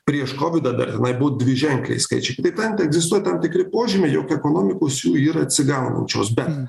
prieš kovidą dar tenai buvo dviženkliai skaičiai kitaip tariant egzistuoja tam tikri požymiai jog ekonomikos jų yra atsigaunančios bet